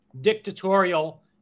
dictatorial